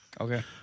Okay